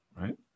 right